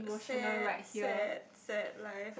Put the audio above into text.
sad sad sad life